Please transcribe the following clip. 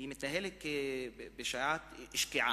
היא מתנהלת בשעת שקיעה.